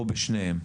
או שבשניהם?